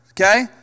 Okay